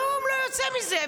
כלום לא יוצא מזה.